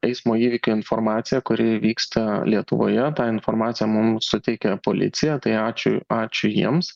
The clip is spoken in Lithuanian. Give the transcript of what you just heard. eismo įvykio informaciją kuri vyksta lietuvoje tą informaciją mums suteikia policija tai ačiū ačiū jiems